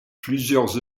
plusieurs